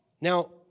Now